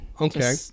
Okay